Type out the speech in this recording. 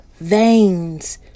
veins